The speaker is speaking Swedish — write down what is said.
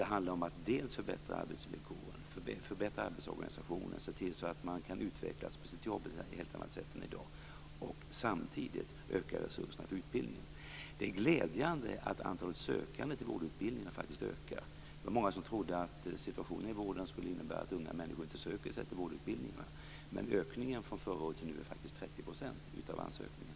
Det handlar om att dels förbättra arbetsorganisationen, att man kan utvecklas i sitt arbete på ett helt annat sätt än i dag, dels samtidigt öka resurserna för utbildningen. Det är glädjande att antalet sökande till vårdutbildningarna faktiskt ökar. Det var många som trodde att situationen i vården skulle innebära att unga människor inte skulle söka sig till vårdutbildningarna. Men ansökningarna har ökat med 30 % jämfört med förra året.